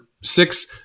six